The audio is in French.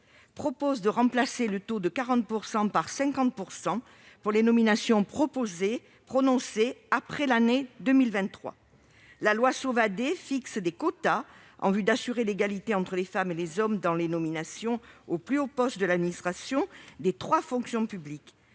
donc de remplacer le taux de 40 % prévu par celui de 50 % pour les nominations prononcées après l'année 2023. La loi Sauvadet fixe des quotas en vue d'assurer l'égalité entre les femmes et les hommes dans les nominations aux plus hauts postes de l'administration des trois fonctions publiques.